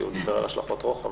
כי הוא דיבר על השלכות רוחב.